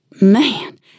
Man